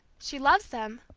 she loves them,